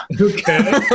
Okay